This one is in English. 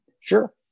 sure